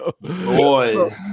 Boy